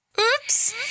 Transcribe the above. Oops